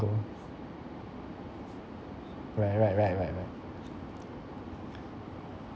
go right right right right right